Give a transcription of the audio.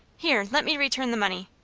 here, let me return the money.